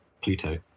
pluto